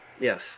Yes